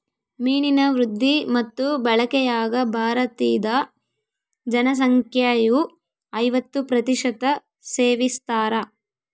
ಮೀನಿನ ವೃದ್ಧಿ ಮತ್ತು ಬಳಕೆಯಾಗ ಭಾರತೀದ ಜನಸಂಖ್ಯೆಯು ಐವತ್ತು ಪ್ರತಿಶತ ಸೇವಿಸ್ತಾರ